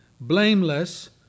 Blameless